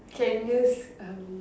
can use um